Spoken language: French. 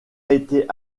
été